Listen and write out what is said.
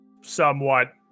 somewhat